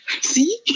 See